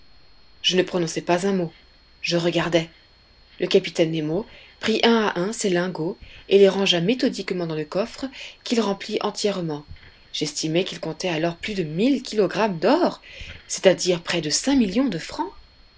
je ne prononçai pas un mot je regardai le capitaine nemo prit un à un ces lingots et les rangea méthodiquement dans le coffre qu'il remplit entièrement j'estimai qu'il contenait alors plus de mille kilogrammes d'or c'est-à-dire près de cinq millions de francs